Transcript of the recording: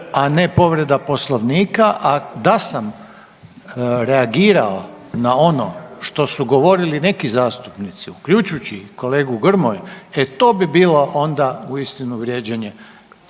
a ne povreda Poslovnika, a da sam reagirao na ono što su govorili neki zastupnici uključujući kolegu Grmoju e to bi bilo onda uistinu onda